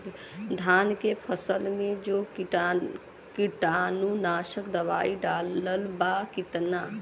धान के फसल मे जो कीटानु नाशक दवाई डालब कितना?